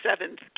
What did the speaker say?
seventh